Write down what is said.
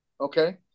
okay